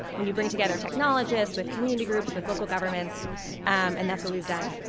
when you bring together technologists with community groups with local governments and that's what we've done.